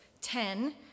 ten